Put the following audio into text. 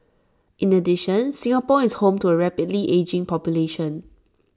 in addition Singapore is home to A rapidly ageing population